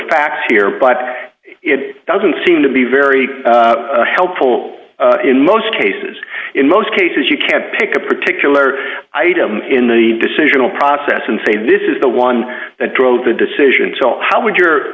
facts here but it doesn't seem to be very helpful in most cases in most cases you can pick a particular item in the decisional process and say this is the one that drove the decision so how would your